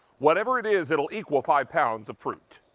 whatever it is it will equal five pounds of fruit.